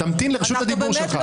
תמתין לרשות הדיבור שלך.